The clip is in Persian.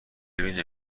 ببین